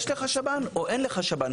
יש לך שב"ן או אין לך שב"ן.